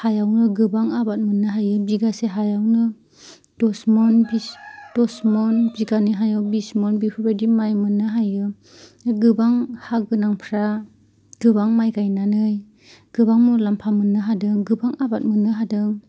हायावनो गोबां आबाद मोननो हायो बिगासे हायावनो दस मन बिगानै हायाव बिस मन बेफोरबादिनो माइ मोननो हायो गोबां हा गोनांफोरा गोबां माइ गायनानै गोबां मुलाम्फा मोननो हादों गोबां आबाद मोननो हादों